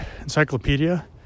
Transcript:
encyclopedia